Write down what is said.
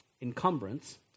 encumbrance